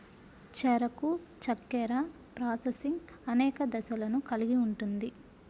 చెరకు చక్కెర ప్రాసెసింగ్ అనేక దశలను కలిగి ఉంటుంది